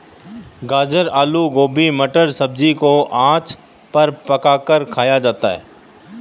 गाजर आलू गोभी मटर सब्जी को आँच पर पकाकर खाया जाता है